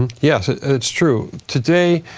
and yes, ah it's true. today,